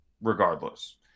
regardless